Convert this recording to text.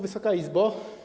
Wysoka Izbo!